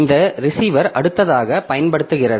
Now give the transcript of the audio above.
இந்த ரிசீவர் அடுத்ததாக பயன்படுத்துகிறது